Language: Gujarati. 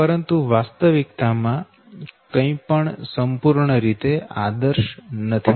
પરંતુ વાસ્તવિકતા માં કંઈ પણ સંપૂર્ણ રીતે આદર્શ નથી